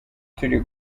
turi